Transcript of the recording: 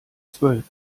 zwölf